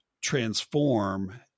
transform